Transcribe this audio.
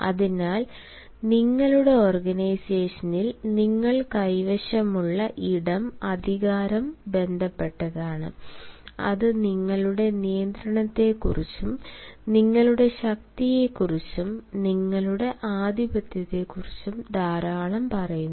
അതിനാൽ നിങ്ങളുടെ ഓർഗനൈസേഷനിൽ നിങ്ങൾ കൈവശമുള്ള ഇടം അധികാരം ബന്ധപ്പെട്ടതാണ് അത് നിങ്ങളുടെ നിയന്ത്രണത്തെക്കുറിച്ചും നിങ്ങളുടെ ശക്തിയെക്കുറിച്ചും നിങ്ങളുടെ ആധിപത്യത്തെക്കുറിച്ചും ധാരാളം പറയുന്നു